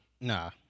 Nah